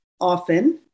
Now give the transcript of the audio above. often